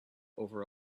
over